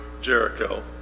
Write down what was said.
Jericho